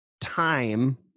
time